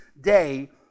day